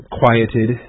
quieted